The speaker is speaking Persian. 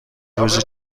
روزی